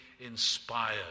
inspired